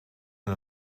met